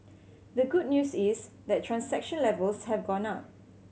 the good news is that transaction levels have gone up